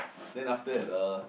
then after that uh